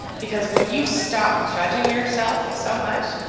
because when you stop judging yourself so much,